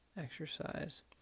exercise